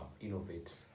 innovate